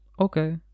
okay